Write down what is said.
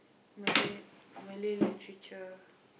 Malay Malay literature